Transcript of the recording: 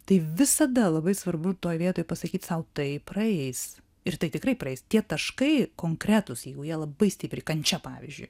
tai visada labai svarbu toj vietoj pasakyt sau tai praeis ir tai tikrai praeis tie taškai konkretūs jau jie labai stipriai kančia pavyzdžiui